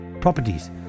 properties